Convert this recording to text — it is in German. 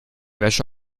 wäsche